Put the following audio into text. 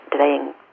delaying